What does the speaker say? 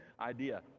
idea